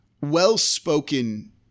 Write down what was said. well-spoken